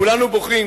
כולנו בוכים,